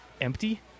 empty